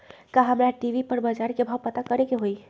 का हमरा टी.वी पर बजार के भाव पता करे के होई?